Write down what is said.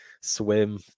swim